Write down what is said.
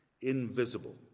invisible